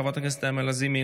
חברת הכנסת נעמה לזימי,